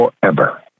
forever